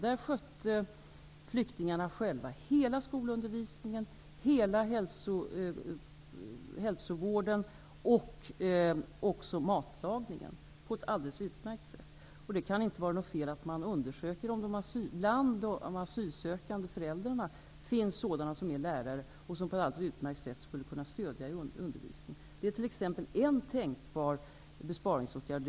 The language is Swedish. Där skötte flyktingarna själva hela skolundervisningen, hela hälsovården och matlagningen på ett alldeles utmärkt sätt. Det kan inte vara fel att undersöka om det bland de asylsökande föräldrarna finns sådana som är lärare och som på ett utmärkt sätt skulle kunna stödja i undervisningen. Det är ett exempel på en tänkbar besparingsåtgärd.